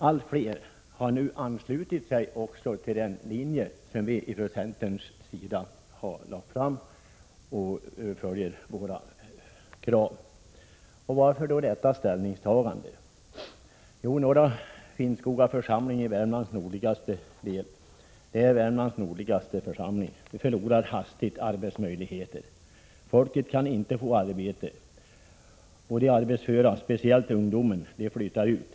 Allt fler ansluter sig nu till den linjen och instämmer i våra krav. Varför då detta ställningstagande? Jo, Norra Finnskoga församling i Värmlands nordligaste del — det är Värmlands nordligaste församling — förlorar hastigt arbetstillfällen. Folk kan inte få arbete, och de arbetsföra, speciellt ungdomen, flyttar ut.